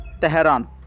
Tehran